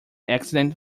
accident